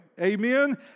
Amen